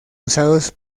usados